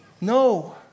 No